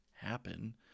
happen